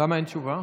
למה אין תשובה?